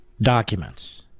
documents